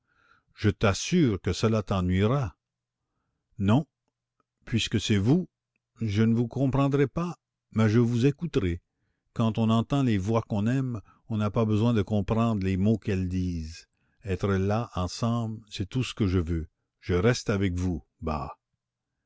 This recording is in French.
je t'assure que cela t'ennuiera non puisque c'est vous je ne vous comprendrai pas mais je vous écouterai quand on entend les voix qu'on aime on n'a pas besoin de comprendre les mots qu'elles disent être là ensemble c'est tout ce que je veux je reste avec vous